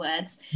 words